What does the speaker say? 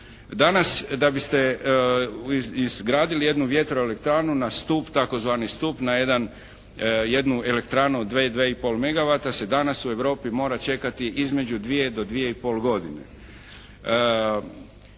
Danas da biste izgradili jednu vjetroelektranu na stup tzv. stup na jedan, jednu elektranu od 2, 2 i pol megawata se danas u Europi mora čekati između 2 do 2 i pol godine.